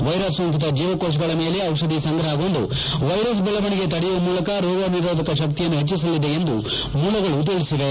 virus ಸೋಂಕಿತ ಜೀವಕೋಶಗಳ ಮೇಲೆ ಔಷಧಿ ಸಂಗ್ರಹಗೊಂಡು ವೈರಸ್ ಬೆಳವಣಿಗೆ ತಡೆಯುವ ಮೂಲಕ ರೋಗನಿರೋಧಕ ಶಕ್ತಿಯನ್ನು ಹೆಚ್ಚಿಸಲಿದೆ ಎಂದು ಮೂಲಗಳು ತಿಳಿಸಿವೆ